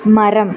மரம்